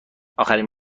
اخرین